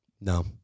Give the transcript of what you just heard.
No